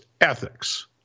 ethics